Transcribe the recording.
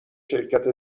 شرکت